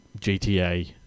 GTA